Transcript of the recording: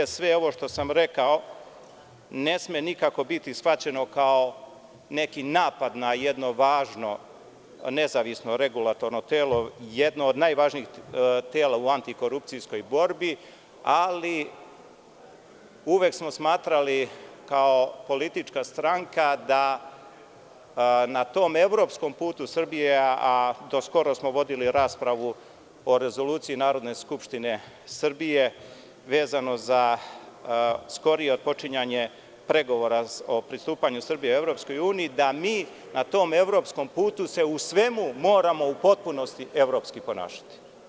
Sve ovo što sam rekao ne sme nikako biti shvaćeno kao neki napad na jedno važno nezavisno regulatorno telo, jedno od najvažnijeg tela u antikorupcijskoj borbi, ali uvek smo smatrali kao politička stranka da na tom evropskom putu Srbije, a do skoro smo vodili raspravu o rezoluciji Narodne skupštine Srbije, vezano za skorije otpočinjanje pregovora o pristupanju Srbije EU, da mi na tom evropskom putu se u svemu moramo u potpunosti evropski ponašati.